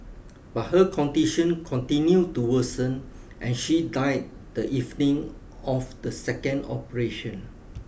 but her condition continued to worsen and she died the evening of the second operation